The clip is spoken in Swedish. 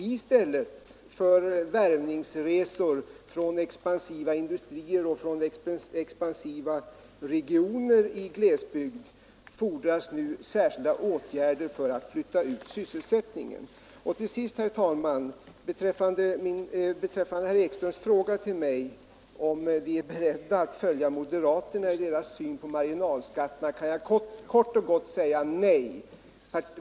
I stället för värvningsresor från expansiva industrier och expansiva regioner till glesbygd fordras det nu särskilda åtgärder för att flytta ut industriell verksamhet till regioner med kvardröjande undersysselsättning. Till sist, herr talman! Beträffande herr Ekströms fråga till mig om vi är beredda att följa moderaterna i deras syn på marginalskatterna kan jag kort och gott säga nej.